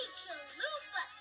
chalupa